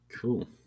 Cool